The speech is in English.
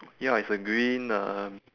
ya it's a green um